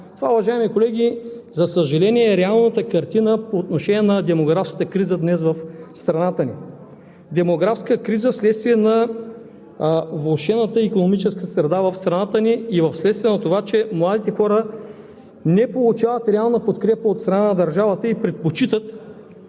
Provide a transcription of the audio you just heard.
Това, уважаеми колеги, за съжаление, е реалната картина по отношение на демографската криза днес в страната ни. Демографска криза вследствие на влошената икономическа среда в страната ни и вследствие на това, че младите хора не получават реална подкрепа от страна на държавата и предпочитат